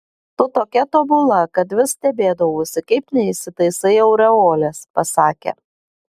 tu tokia tobula kad vis stebėdavausi kaip neįsitaisai aureolės pasakė